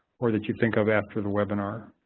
or that you think of after the webinar.